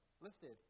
listed